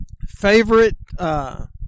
Favorite